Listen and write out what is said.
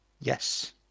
Yes